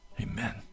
Amen